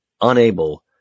unable